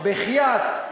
בחייאת,